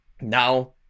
now